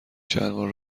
شلوار